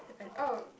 but oh